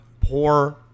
poor